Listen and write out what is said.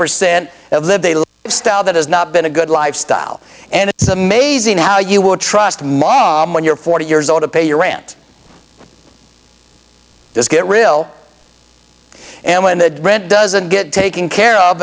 percent of the style that has not been a good lifestyle and it's amazing how you would trust mom when you're forty years old to pay your rent this get real and when the rent doesn't get taken care of